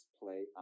play